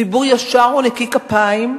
ציבור ישר ונקי כפיים,